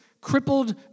crippled